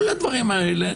כל הדברים האלה